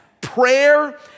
prayer